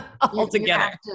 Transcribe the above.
altogether